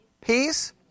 peace